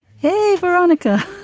hey, veronica,